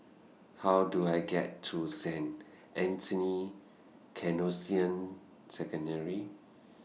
How Do I get to Saint Anthony's Canossian Secondary